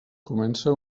comença